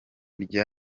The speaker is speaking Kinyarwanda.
rya